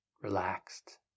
relaxed